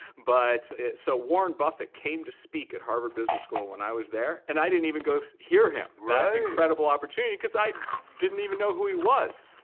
but so warren buffett came to speak at harvard business school when i was there. and i didn't even go hear him incredible opportunity, because i didn't even know who he was.